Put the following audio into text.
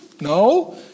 No